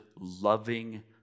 loving